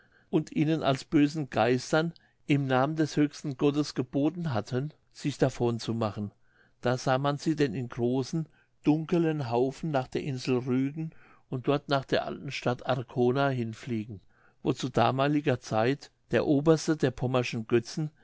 und ihnen als bösen geistern im namen des höchsten gottes geboten hatten sich davon zu machen da sah man sie denn in großen dunkelen haufen nach der insel rügen und dort nach der alten stadt arkona hin fliegen wo zu damaliger zeit der oberste der pommerschen götzen